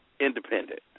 independent